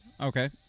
okay